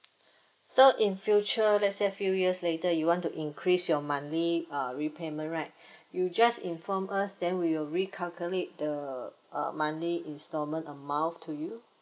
so in future let's say a few years later you want to increase your monthly uh repayment right you just inform us then we will recalculate the uh monthly instalment amount to you